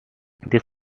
this